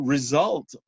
Result